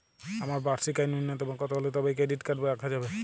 আমার বার্ষিক আয় ন্যুনতম কত হলে তবেই ক্রেডিট কার্ড রাখা যাবে?